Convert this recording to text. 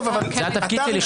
זה התפקיד שלי.